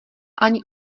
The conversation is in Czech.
ani